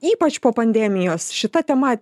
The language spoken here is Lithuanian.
ypač po pandemijos šita tema